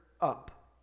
up